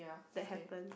that happen